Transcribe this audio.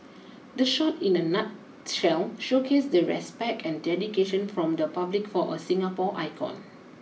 the shot in a nutshell showcased the respect and dedication from the public for a Singapore icon